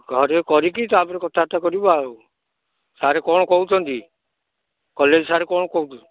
ଘରେ କରିକି ତା'ପରେ କଥାବାର୍ତ୍ତା କରିବା ଆଉ ସାର୍ କ'ଣ କହୁଛନ୍ତି କଲେଜ୍ ସାର୍ କ'ଣ କହୁ